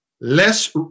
less